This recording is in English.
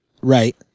right